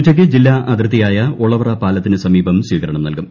ഉച്ചയ്ക്ക് ജില്ലാ അതിർത്തിയായ ഒളവറ പാലത്തിന് സമീപം സ്വീകരണം നൽകും